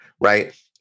right